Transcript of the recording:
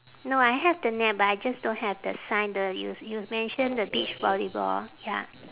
no I have the net but I just don't have the sign the you you mention the beach volleyball ya